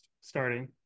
starting